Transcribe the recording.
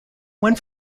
one